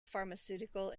pharmaceutical